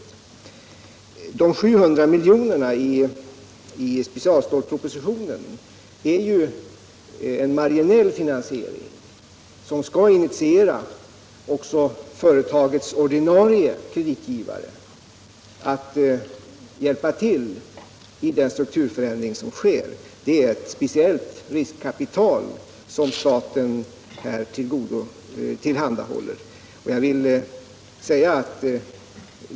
De 700 miljonerna i specialstålpropositionen är ju en marginell finansiering som skall initiera också företagens ordinarie kreditgivare att hjälpa till i den strukturförändring som sker. Det är ett speciellt riskkapital som här skall tillhandahållas.